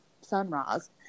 sunrise